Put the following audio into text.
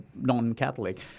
non-Catholic